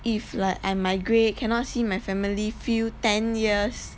if like I migrate cannot see my family few ten years